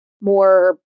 more